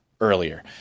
earlier